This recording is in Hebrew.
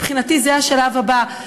מבחינתי זה השלב הבא,